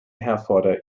herforder